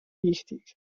wichtig